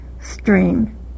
stream